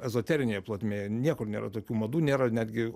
ezoterinėj plotmėj niekur nėra tokių madų nėra netgi